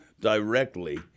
directly